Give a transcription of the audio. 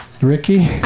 Ricky